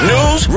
News